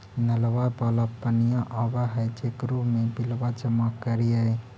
नलवा वाला पनिया आव है जेकरो मे बिलवा जमा करहिऐ?